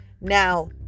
Now